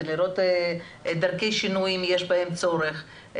ולראות דרכי שינוי אם יש בהן צורך.